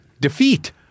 defeat